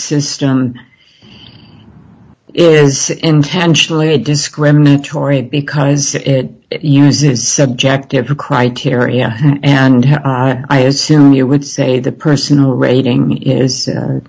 system is intentionally discriminatory because it uses subjective criteria and i assume you would say the personal rating is a